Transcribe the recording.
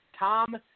Tom